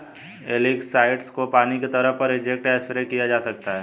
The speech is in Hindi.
एलगीसाइड्स को पानी की सतह पर इंजेक्ट या स्प्रे किया जा सकता है